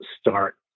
start